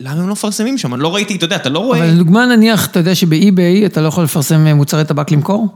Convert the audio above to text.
למה הם לא מפרסמים שם? אני לא ראיתי, אתה יודע, אתה לא רואה... אבל לדוגמא נניח, אתה יודע שבאיביי אתה לא יכול לפרסם מוצרי טבק למכור?